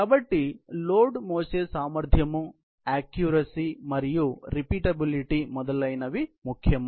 కాబట్టి లోడ్ మోసే సామర్థ్యం అక్యురసీ మరియు రిపీటబిలిటీ మొదలైనవి ముఖ్యం